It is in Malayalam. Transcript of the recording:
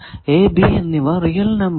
A b എന്നിവ റിയൽ നമ്പർ ആണ്